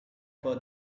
for